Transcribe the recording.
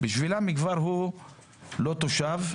ועבורם הוא כבר לא תושב,